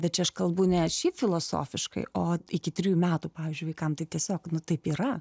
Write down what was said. bet čia aš kalbu ne šiaip filosofiškai o iki trijų metų pavyzdžiui vaikam tai tiesiog nu taip yra